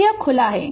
तो यह खुला है